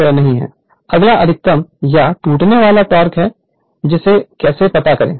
Refer Slide Time 2423 अगला अधिकतम या टूटने वाला टॉर्क है जिसे कैसे पता करें